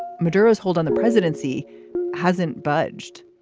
maduro is hold on. the presidency hasn't budged